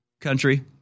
country